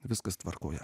viskas tvarkoje